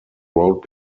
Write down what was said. road